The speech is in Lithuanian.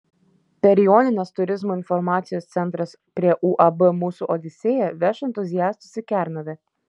per jonines turizmo informacijos centras prie uab mūsų odisėja veš entuziastus į kernavę